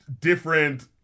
different